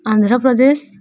Andhra Pradesh